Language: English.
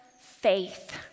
faith